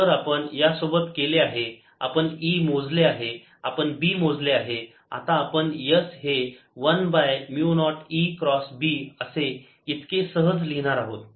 तर आपण यासोबत केले आहे आपण E मोजले आहे आपण B मोजले आहे आता आपण s हे 1 by mu naught E cross B असे इतके सहज लिहिणार आहोत